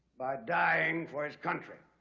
by dying for his country.